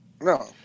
No